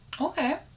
Okay